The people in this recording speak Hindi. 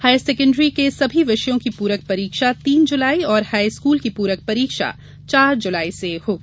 हायर सेकण्ड्री के सभी विषयों की पूरक परीक्षा तीन जुलाई और हाई स्कूल की पूरक परीक्षा चार जुलाई से होगी